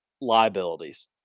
liabilities